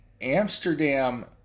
Amsterdam